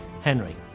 Henry